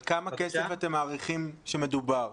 על כמה כסף אתם מעריכים שמדובר?